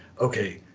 okay